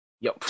Yo